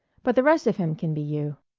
but the rest of him can be you.